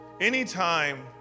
Anytime